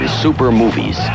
supermovies